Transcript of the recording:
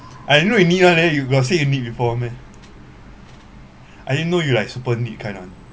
I don't know you neat [one] eh you got say you neat before meh I didn't know you like super neat kind one